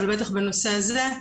ובטח בנושא הזה,